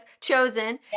chosen